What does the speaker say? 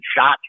shot